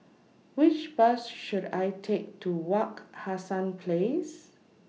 Which Bus should I Take to Wak Hassan Place